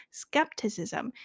skepticism